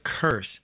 curse